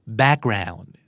background